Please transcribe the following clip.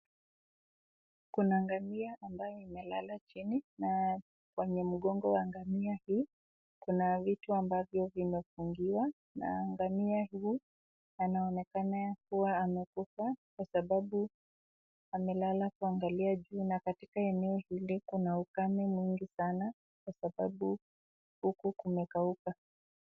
Kuna ngamia ambayo imelala chini na kwenye mgongo wa ngamia hii kuna vitu ambavyo vimefungiwa na ngamia hii anaonekana kuwa amekufa kwa sababu amelala kuangalia juu na katika eneo hii kuna ukame mwingi sana kwa sababu huku kumekauka.